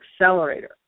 accelerator